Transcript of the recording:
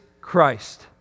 Christ